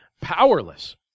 Powerless